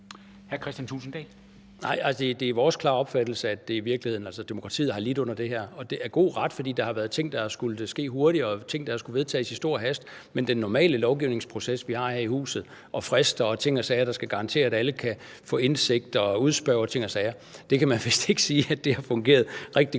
(DF): Nej, det er vores klare opfattelse, at demokratiet i virkeligheden har lidt under det her, og med god ret, for der har været ting, der har skullet ske hurtigere, og ting, der har skullet vedtages i stor hast. Men den normale lovgivningsproces, vi har her i huset, med frister og ting og sager, der skal garantere, at alle kan få indsigt og udspørge og ting og sager, kan man vist ikke sige har fungeret rigtig